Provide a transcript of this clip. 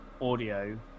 audio